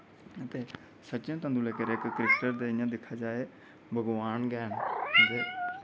ते सचिन तेंदुलेकर इक क्रिकेटर दे इयां दिक्खा जा भगवान गै न ते '